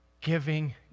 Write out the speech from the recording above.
giving